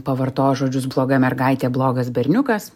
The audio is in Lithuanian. pavartojo žodžius bloga mergaitė blogas berniukas